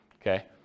Okay